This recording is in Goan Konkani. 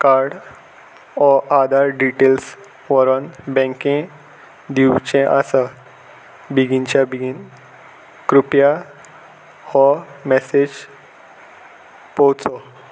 कार्ड वो आदार डिटेल्स व्हरोन बँके दिवचें आसा बेगीनच्या बेगीन कृपया हो मॅसेज पोचो